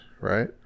right